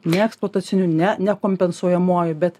ne eksploataciniu ne ne kompensuojamuoju bet